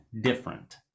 different